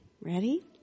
Ready